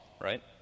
right